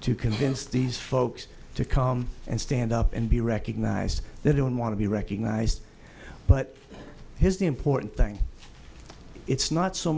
to convince these folks to come and stand up and be recognized they don't want to be recognized but here's the important thing it's not so